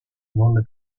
volle